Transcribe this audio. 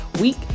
week